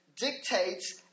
dictates